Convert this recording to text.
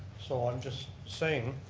so i'm just saying,